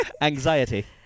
Anxiety